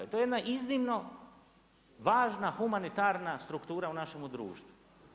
To je jedna iznimno važna humanitarna struktura u našemu društvu.